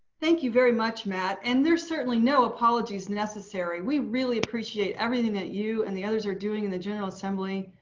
thank you very much, matt and there's certainly no apologies necessary. we really appreciate everything that you and the others are doing and the general assembly,